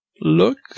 look